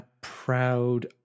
proud